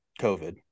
COVID